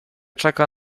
czeka